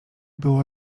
było